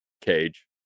cage